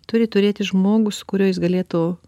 turi turėti žmogų su kurio jis galėtų